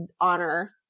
honor